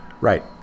Right